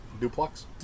Duplex